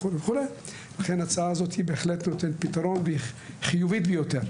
לכן ההצעה הזאת בהחלט נותנת פתרון והיא חיובית ביותר.